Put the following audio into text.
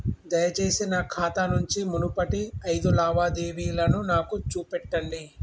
దయచేసి నా ఖాతా నుంచి మునుపటి ఐదు లావాదేవీలను నాకు చూపెట్టండి